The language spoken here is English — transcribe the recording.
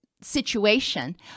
situation